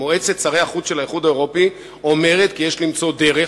מועצת שרי החוץ של האיחוד האירופי אומרת כי יש למצוא דרך,